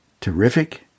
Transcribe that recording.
terrific